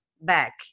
back